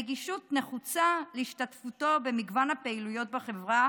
הנגישות נחוצה להשתתפותו במגוון הפעילויות בחברה